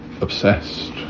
obsessed